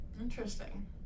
Interesting